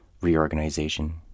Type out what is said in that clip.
reorganization